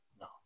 No